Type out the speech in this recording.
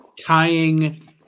tying